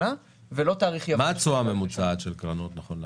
מה התשואה הממוצעת של קרנות נכון לעכשיו?